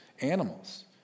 animals